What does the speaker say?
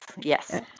Yes